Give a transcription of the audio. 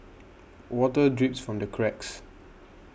water drips from the cracks